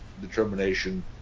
determination